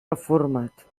reformat